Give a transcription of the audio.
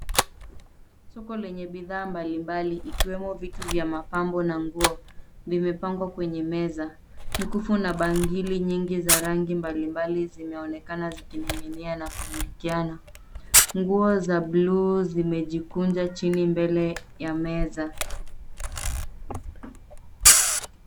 Soko lenye bidhaa mbali mbali ikiwemo vitu ya mapambo na manguo vimepangwa kwenye meza. Mikufu na bangili nyingi za rangi mbali mbali zimeonekana ziking'ing'inia na kuingikiana. Nguo za buluu zimejikunja chini mbele ya meza.